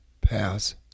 Pass